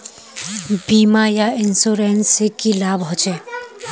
बीमा या इंश्योरेंस से की लाभ होचे?